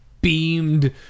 beamed